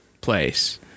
place